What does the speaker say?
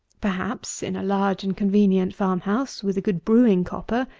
perhaps, in a large and convenient farm-house, with a good brewing copper,